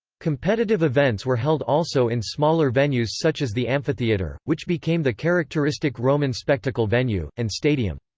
competitive events were held also in smaller venues such as the amphitheatre, which became the characteristic roman spectacle venue, and stadium.